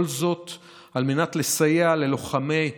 כל זאת על מנת לסייע ללוחמי הפלמ"ח,